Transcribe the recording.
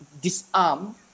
disarm